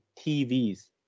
TVs